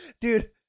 Dude